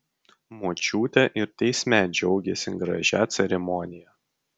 močiutė ir teisme džiaugėsi gražia ceremonija